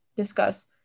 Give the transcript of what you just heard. Discuss